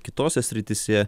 kitose srityse